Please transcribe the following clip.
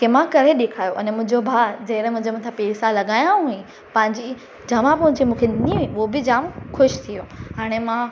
की मां करे ॾेखारियो अने मुंहिंजो भाउ जंहिं रे मुंहिंजे मथां पैसा लॻाया हुई पंहिंजी जमा पूंजी ॾिनी हुई उहो बि जामु ख़ुशि थी वियो हाणे मां